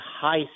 high